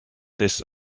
this